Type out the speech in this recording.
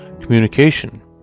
communication